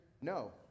no